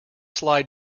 slide